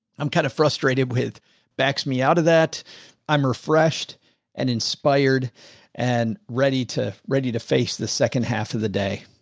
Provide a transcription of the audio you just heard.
i'm kind of frustrated with backs me out of that i'm refreshed and inspired and ready to ready to face the second half of the day.